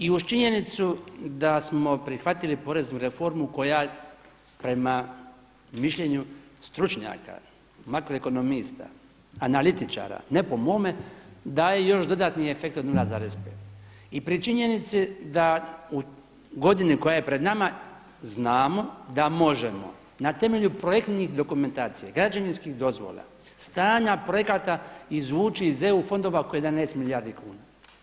I uz činjenicu da smo prihvatili poreznu reformu koja prema mišljenju stručnjaka, makroekonomista, analitičara, ne po mome daje još dodatni efekt od 0,5 i pri činjenici da u godini koja je pred nama znamo da možemo na temelju projektnih dokumentacija, građevinskih dozvola, stanja projekata izvući iz EU fondova oko 11 milijardi kuna.